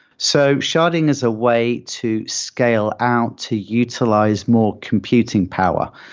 so sharding is a way to scale out to utilize more computing power.